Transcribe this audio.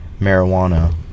marijuana